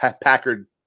Packard